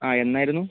ആ എന്നായിരുന്നു